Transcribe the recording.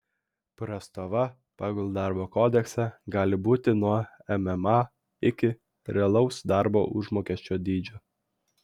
prastova pagal darbo kodeksą gali būti nuo mma iki realaus darbo užmokesčio dydžio